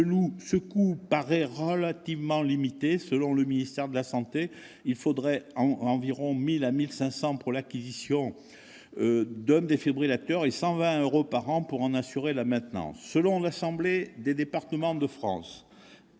Ce coût paraît relativement limité : selon le ministère de la santé, il faudrait compter entre 1 000 euros et 1 500 euros pour l'acquisition d'un défibrillateur, et 120 euros par an pour en assurer la maintenance. Selon l'Assemblée des départements de France